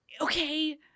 okay